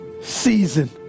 season